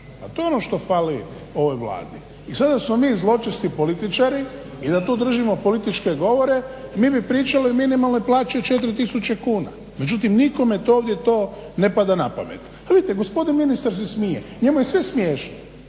Pa to je ono što fali ovoj Vladi. I sada smo mi zločesti političari i da tu držimo političke govore mi bi pričali o minimalnoj plaći o 4 tisuće kuna, međutim nikome to ovdje ne pada na pamet. Ali vidite gospodin ministar se smije, njemu je sve smiješno